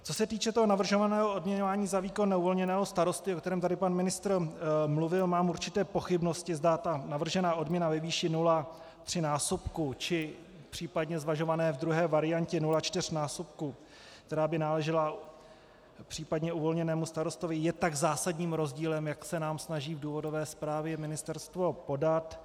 Co se týče navrženého odměňování za výkon neuvolněného starosty, o kterém tady pan ministr mluvil, mám určité pochybnosti, zda navržená odměna ve výši 0,3násobku, či případně zvažované v druhé variantě 0,4násobku, která by náležela případně uvolněnému starostovi, je tak zásadním rozdílem, jak se nám snaží v důvodové zprávě ministerstvo podat.